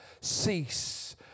cease